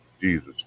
Jesus